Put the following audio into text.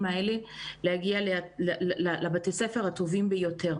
האלה להגיע לבתי הספר הטובים ביותר.